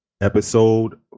Episode